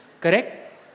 Correct